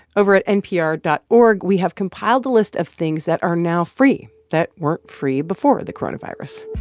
over at npr dot org, we have compiled a list of things that are now free that weren't free before the coronavirus.